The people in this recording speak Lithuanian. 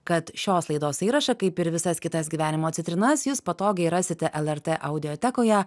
kad šios laidos įrašą kaip ir visas kitas gyvenimo citrinas jūs patogiai rasite lrt audiotekoje